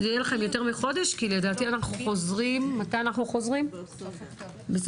יהיה לכם יותר מחודש כי לדעתי אנחנו חוזרים ב-15 באוקטובר.